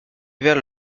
vers